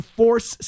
force